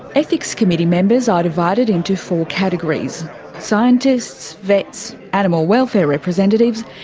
ethics committee members are divided into four categories scientists, vets, animal welfare representatives,